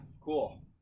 cool